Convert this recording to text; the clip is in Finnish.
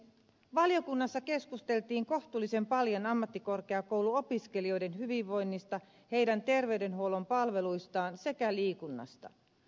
valiokunnassa keskusteltiin kohtuullisen paljon ammattikorkeakouluopiskelijoiden hyvinvoinnista heidän terveydenhuollon palveluistaan sekä liikunnasta